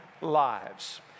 lives